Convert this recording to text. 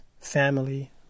family